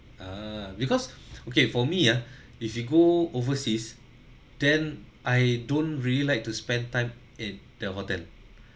ah because okay for me ah if we go overseas then I don't really like to spend time in the hotel